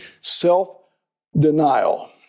Self-denial